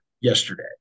yesterday